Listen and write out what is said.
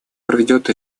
проведет